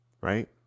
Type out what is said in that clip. Right